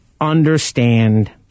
understand